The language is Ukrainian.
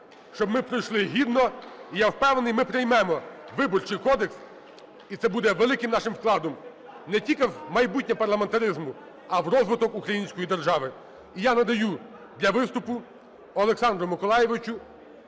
щоб ми пройшли гідно. І я впевнений, ми приймемо Виборчий кодекс, і це буде великим нашим вкладом не тільки в майбутнє парламентаризму, а в розвиток української держави. І я надаю для виступу Олександру Миколайовичу